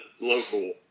local